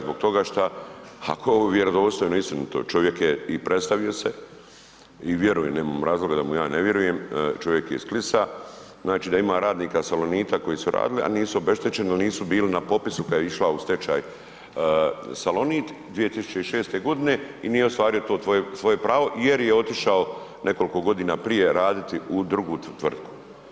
Zbog toga šta ako je ovo vjerodostojno i istinito, čovjek je i predstavio se i vjerujem, nemam razloga da mu ja ne vjerujem, čovjek je iz Klisa, znači da ima radnika Salonita koji su radili, a nisu obeštećeni, nisu bili na popisu kad je išla u stečaj Salonit 2006.g. i nije ostvario to svoje pravo jer je otišao nekoliko godina prije raditi u drugu tvrtku.